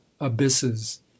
abysses